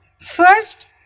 first